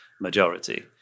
majority